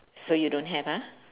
so you don't have ah